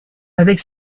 avec